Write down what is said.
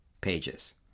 pages